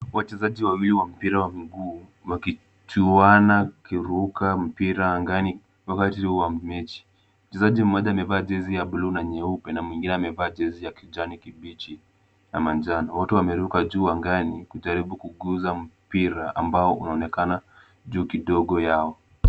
Wachezaji wawili wa mpira wa mguu wakichuana wakiruka mpira angani wakati huu wa mechi. Mchezaji mmoja amevaa jezi ya buluu na nyeupe na mwingine amevaa jezi ya kijani kibichi na manjano. Wote wameruka juu angani wakijaribu kuguza mpira ambao unaonekana juu kidogo yao.